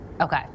okay